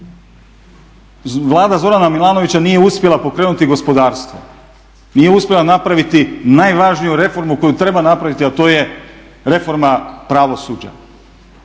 Vlada Zorana Milanovića nije uspjela pokrenuti gospodarstvo. Nije uspjela napraviti najvažniju reformu koju treba napraviti a to je reforma pravosuđa.